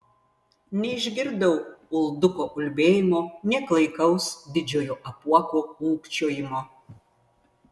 neišgirdau ulduko ulbėjimo nė klaikaus didžiojo apuoko ūkčiojimo